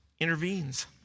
intervenes